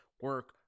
Work